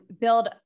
build